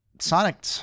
Sonic